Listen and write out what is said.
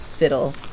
fiddle